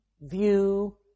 view